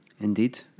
Indeed